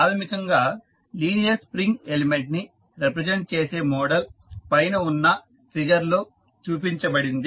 ప్రాథమికంగా linear spring element ని represent చేసే మోడల్ పైన ఉన్న ఫిగర్ లో చూపబడింది